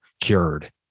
cured